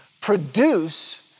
produce